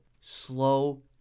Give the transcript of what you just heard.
Slow